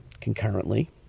concurrently